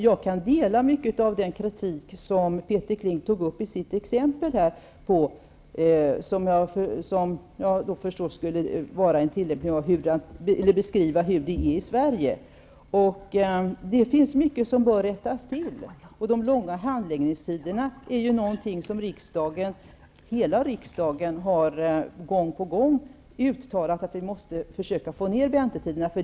Jag kan dela mycket av den kritik som Peter Kling tog upp i sitt exempel, som jag föstår skulle beskriva hur det är i Sverige. Det finns mycket som bör rättas till. De långa handläggningstiderna är någonting som hela riksdagen gång på gång har uttalat att vi måste försöka få ned.